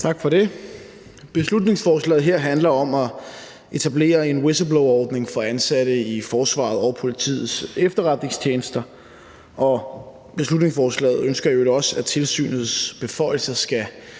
Tak for det. Beslutningsforslaget her handler om at etablere en whistleblowerordning for ansatte i Forsvarets og Politiets Efterretningstjenester, og man ønsker i øvrigt også med beslutningsforslaget,